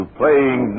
playing